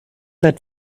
that